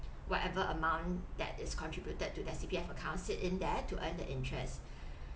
whatever amount that is contributed to their C_P_F account sit in there to earn the interest